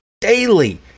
daily